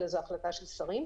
אלא זאת החלטה של שרים.